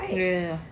ya ya ya